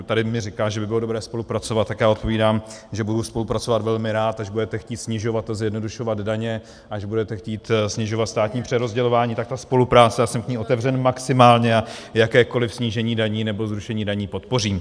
Tady mi říká, že by bylo dobré spolupracovat, tak já odpovídám, že budu spolupracovat velmi rád, až budete chtít snižovat a zjednodušovat daně, až budete chtít snižovat státní přerozdělování, tak ta spolupráce, a já jsem k ní otevřen maximálně, a jakékoliv snížení daní nebo zrušení daní podpořím.